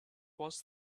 was